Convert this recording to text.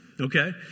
okay